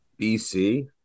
BC